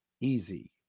easy